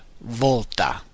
Volta